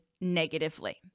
negatively